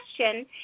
question